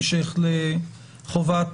מחמת ריבוי המשתתפים אנחנו לא עוברים על רשימת